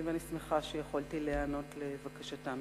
ואני שמחה שיכולתי להיענות לבקשתם.